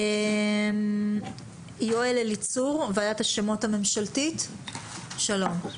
יואל אליצור, ועדת השמות הממשלתית, שלום.